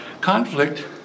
conflict